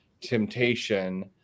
temptation